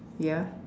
ya